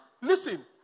listen